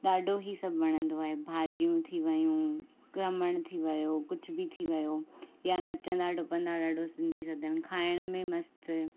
ॾाढो ई सभु वणंदो आहे भाॼियूं थी वेयूं क्रमण थी वियो कुझु बि थी वियो या नचंदा टुपंदा ॾाढो सिंधी सदाई खाइण में मस्तु